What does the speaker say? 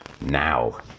now